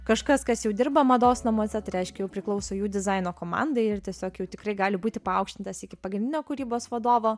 kažkas kas jau dirba mados namuose tai reiškia jau priklauso jų dizaino komandai ir tiesiog jau tikrai gali būti paaukštintas iki pagrindinio kūrybos vadovo